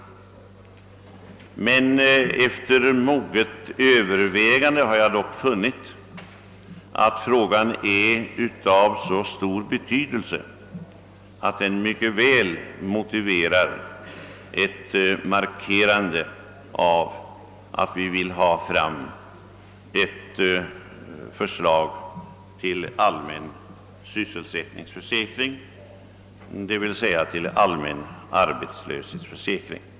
Men efter moget övervägande har jag funnit att frågan är av så stor betydelse, att det är motiverat att markera att vi vill att ett förslag till allmän = sysselsättningsförsäkring lägges fram.